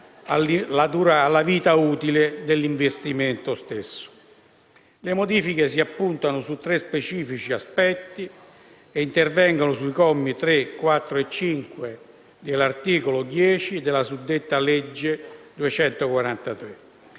Le modifiche si appuntano su tre specifici aspetti e intervengono sui commi 3, 4 e 5 e dell'articolo 10 della suddetta legge n.